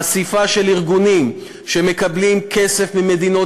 חשיפה של ארגונים שמקבלים כסף ממדינות